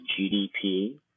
GDP